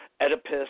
Oedipus